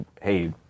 Hey